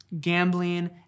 gambling